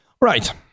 Right